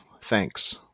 thanks